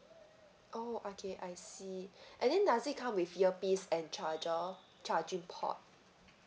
oh okay I see and then does it come with earpiece and charger charging port